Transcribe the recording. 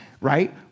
right